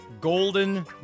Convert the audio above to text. Golden